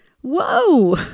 Whoa